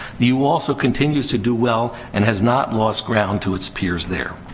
u also continues to do well and has not lost ground to its peers there.